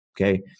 okay